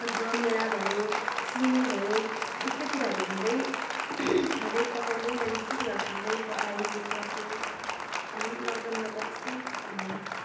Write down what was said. रामभेडा भयो सिमी भयो यस्तै कुराहरू खाँदै खाँदै पकाउँदै मैले यस्तै कुराहरू खाँदै पकाइबसेँ अनि लकडाउनमा त यस्तै भयो